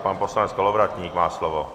Pan poslanec Kolovratník má slovo.